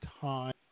time